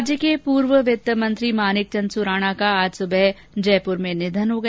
राज्य के पूर्व वित्त मंत्री मानिक चंद सुराणा का आज सुबह जयपुर में निधन हो गया